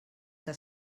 que